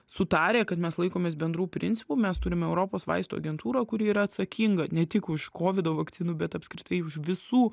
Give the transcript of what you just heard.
sutarę kad mes laikomės bendrų principų mes turime europos vaistų agentūrą kuri yra atsakinga ne tik už kovido vakcinų bet apskritai už visų